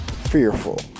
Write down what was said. fearful